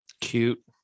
Cute